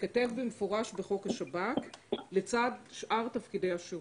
ייכתב במפורש בחוק השב"כ לצד שאר תפקידי השירות.